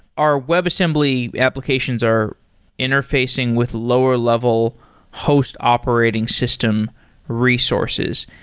our webassembly applications are interfacing with lower-level host operating system resources.